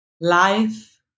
life